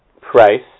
price